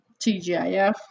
tgif